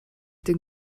den